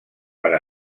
per